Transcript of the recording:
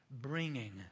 Bringing